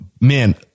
man